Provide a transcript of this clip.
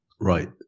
right